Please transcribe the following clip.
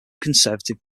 conservative